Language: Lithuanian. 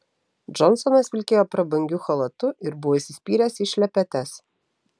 džonsonas vilkėjo prabangiu chalatu ir buvo įsispyręs į šlepetes